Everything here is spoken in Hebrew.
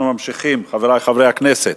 אנחנו ממשיכים, חברי חברי הכנסת: